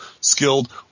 skilled